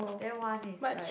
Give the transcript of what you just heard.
then one is like